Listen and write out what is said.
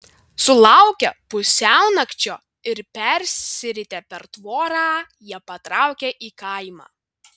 sulaukę pusiaunakčio ir persiritę per tvorą jie patraukė į kaimą